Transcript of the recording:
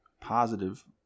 positive